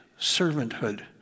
Servanthood